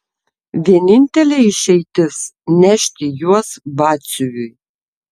vienintelė išeitis nešti juos batsiuviui